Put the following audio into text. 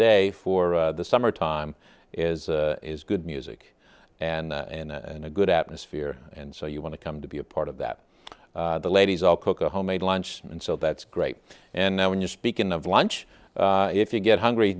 day for the summertime is is good music and in a good atmosphere and so you want to come to be a part of that the ladies all cook a homemade lunch and so that's great and then when you're speaking of lunch if you get hungry